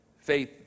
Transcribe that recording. faith